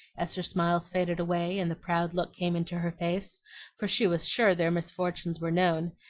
as her smiles faded away and the proud look came into her face for she was sure their misfortunes were known,